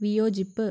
വിയോജിപ്പ്